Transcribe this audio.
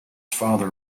father